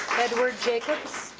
edward jacobs.